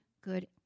good